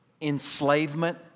enslavement